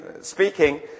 speaking